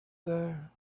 there